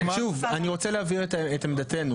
אני רוצה להבהיר את עמדתנו.